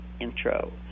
intro